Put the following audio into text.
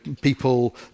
people